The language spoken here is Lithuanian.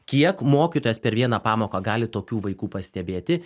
kiek mokytojas per vieną pamoką gali tokių vaikų pastebėti